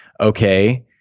okay